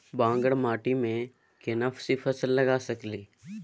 बांगर माटी में केना सी फल लगा सकलिए?